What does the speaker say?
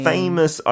Famous